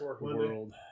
world